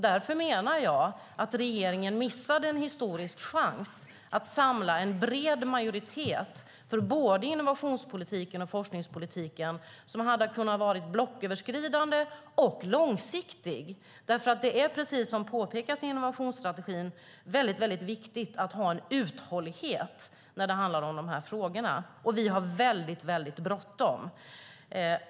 Därför menar jag att regeringen missade en historisk chans att samla en bred majoritet för både innovationspolitiken och forskningspolitiken som hade kunnat vara blocköverskridande och långsiktig. Precis som påpekas i innovationsstrategin är det viktigt att ha en uthållighet i de här frågorna, och vi har väldigt bråttom.